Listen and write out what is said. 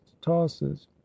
tosses